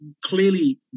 clearly